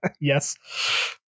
Yes